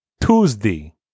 Tuesday